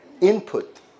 input